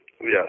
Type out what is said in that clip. Yes